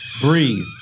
breathe